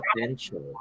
potential